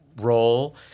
role